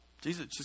Jesus